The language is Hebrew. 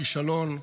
כישלון,